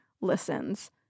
listens